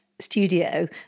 studio